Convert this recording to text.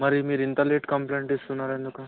మరి మీరు ఇంత లేట్ కంప్లేయింట్ ఇస్తున్నారు ఎందుకు